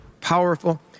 powerful